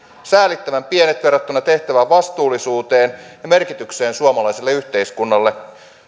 säälittävän pienet verrattuna tehtävän vastuullisuuteen ja merkitykseen suomalaiselle yhteiskunnalle